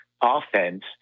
offense